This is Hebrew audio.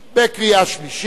בקריאה שלישית.